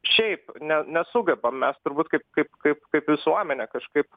šiaip ne nesugebam mes turbūt kaip kaip kaip kaip visuomenė kažkaip